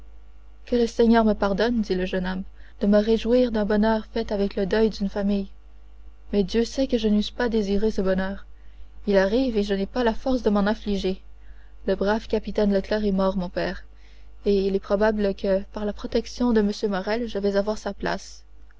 que le seigneur me pardonne dit le jeune homme de me réjouir d'un bonheur fait avec le deuil d'une famille mais dieu sait que je n'eusse pas désiré ce bonheur il arrive et je n'ai pas la force de m'en affliger le brave capitaine leclère est mort mon père et il est probable que par la protection de m morrel je vais avoir sa place